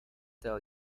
tell